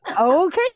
Okay